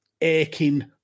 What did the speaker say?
aching